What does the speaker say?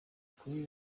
kuri